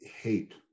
hate